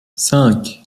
cinq